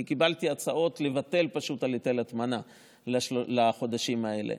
קיבלתי הצעות לבטל את היטל ההטמנה לחודשים האלה.